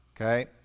Okay